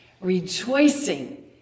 Rejoicing